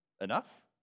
enough